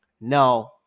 no